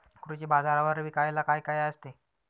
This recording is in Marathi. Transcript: कृषी बाजारावर विकायला काय काय असते?